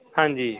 ਹਾਂਜੀ